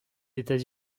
états